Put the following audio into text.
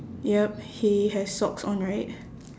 yup he has socks on right